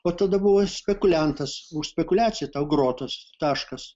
o tada buvai spekuliantas už spekuliaciją tau grotos taškas